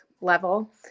level